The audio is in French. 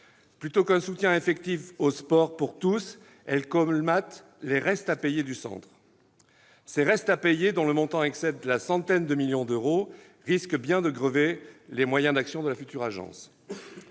Plutôt qu'un soutien effectif au sport pour tous, elle colmate les restes à payer du Centre. Ces restes à payer, dont le montant excède la centaine de millions d'euros, risquent bien de grever les moyens d'action de la future agence.